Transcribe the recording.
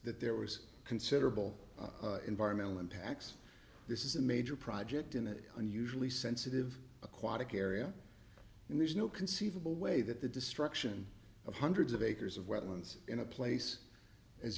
that there was considerable environmental impacts this is a major project in an unusually sensitive aquatic area and there's no conceivable way that the destruction of hundreds of acres of wetlands in a place as